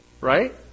Right